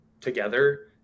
together